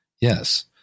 yes